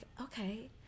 okay